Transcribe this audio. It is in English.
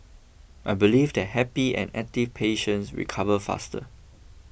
I believe that happy and active patients recover faster